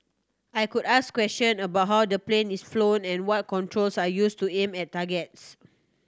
I could ask question about how the plane is flown and what controls are used to aim at targets